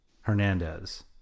Hernandez